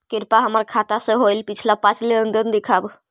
कृपा हमर खाता से होईल पिछला पाँच लेनदेन दिखाव